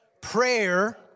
prayer